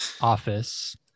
office